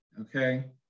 okay